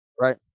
right